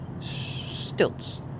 stilts